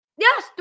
Yes